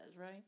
right